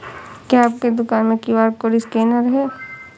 क्या आपके दुकान में क्यू.आर कोड स्कैनर है?